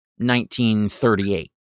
1938